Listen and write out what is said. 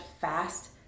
fast